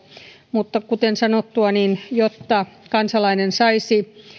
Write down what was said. mutta kuten sanottua jotta kansalainen saisi